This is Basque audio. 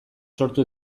sortu